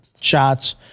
shots